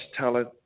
talent